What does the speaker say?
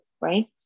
Right